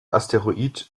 asteroid